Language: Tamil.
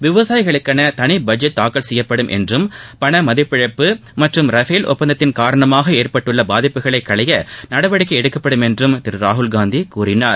விவசாயிகளுக்கென தனி பட்ஜெட் தாக்கல் செய்யப்படும் என்றும் பணமதிப்பிழப்பு மற்றும் ரஃபேல் ஒப்பந்தத்தின் காரணமாக ஏற்பட்டுள்ள பாதிப்புகளை களைய நடவடிக்கை எடுக்கப்படும் என்றும் திரு ராகுல்காந்தி கூறினார்